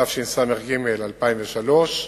התשס"ג 2003,